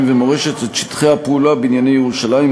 ומורשת את שטחי הפעולה בענייני ירושלים,